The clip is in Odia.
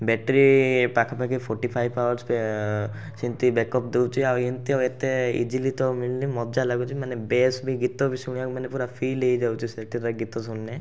ବ୍ୟାଟେରୀ ପାଖାପାଖି ଫୋଟିଫାଇବ୍ ଆୱାରସ୍ ପେ ସେମିତି ବ୍ୟାକ୍ଅପ୍ ଦେଉଛି ଆଉ ଏମିତି ତ ଏତେ ଇଜିଲି ତ ମିଳୁନି ମଜା ଲାଗୁଛି ମାନେ ବେଶ୍ ବି ଗୀତ ବି ଶୁଣିବାକୁ ମାନେ ପୁରା ଫିଲ୍ ହେଇଯାଉଛି ସେଥିରେ ଗୀତ ଶୁଣିଲେ